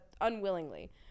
unwillingly